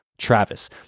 Travis